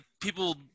people